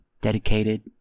dedicated